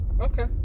Okay